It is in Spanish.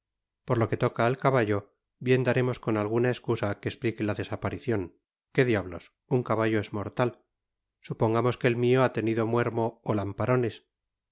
por lo que toca al caballo bien daremos con alguna escusa que esplique la desaparicion que diablos un caballo es mortal supongamos que el mio ha tenido muermo ó lamparones